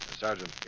Sergeant